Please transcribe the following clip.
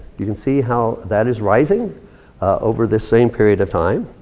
you can see how that is rising over this same period of time.